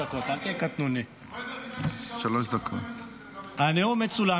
--- הנאום מצולם.